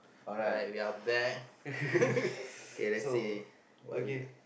like we are back okay let's see what we got